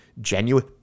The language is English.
genuine